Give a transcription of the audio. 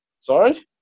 Sorry